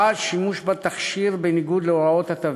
1. שימוש בתכשיר בניגוד להוראות התווית,